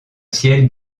ciel